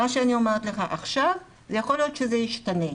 מה שאני אומרת לך עכשיו יכול להיות שזה ישתנה,